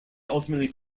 ultimately